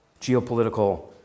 geopolitical